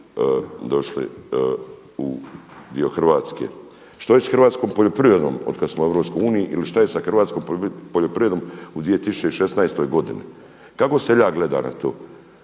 došli u dio Hrvatske. Što je sa hrvatskom poljoprivredom od kad smo u EU ili šta je sa hrvatskom poljoprivredom u 2016. godini? Kako seljak gleda na to?